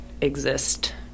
exist